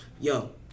Yo